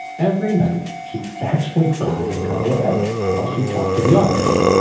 every night she actually fried a couple of eggs while she talked to the audience.